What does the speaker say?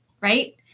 right